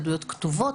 עדויות כתובות,